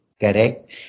Correct